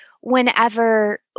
whenever